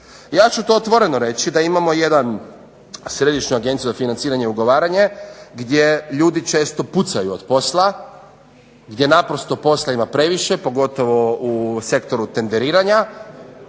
Ja ću to otvoreno reći da imamo jednu središnju agenciju za financiranje i ugovaranje gdje ljudi često pucaju od posla, gdje naprosto posla ima previše, pogotovo u sektoru tenderiranja